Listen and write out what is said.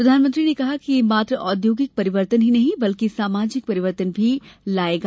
प्रधानमंत्री ने कहा कि यह मात्र औद्योगिक परिवर्तन ही नहीं बल्कि सामाजिक परिवर्तन भी लायेगा